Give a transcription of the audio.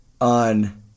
On